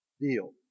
deal